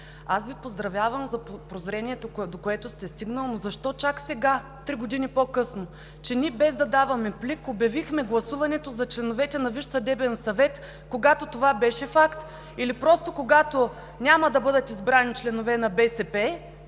поздравявам Ви за прозрението, до което сте стигнали, но защо чак сега – три години по-късно? Ние, без да даваме плик, обявихме гласуването за членовете на Висш съдебен съвет, когато това беше факт. Или просто когато няма да бъдат избрани членове на БСП,